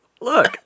look